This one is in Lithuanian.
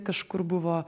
kažkur buvo